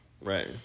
Right